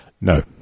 No